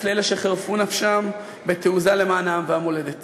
לאלה שחירפו נפשם בתעוזה למען העם והמולדת